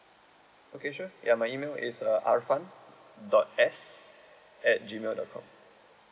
okay sure ya my email is uh arfan dot S at G mail dot com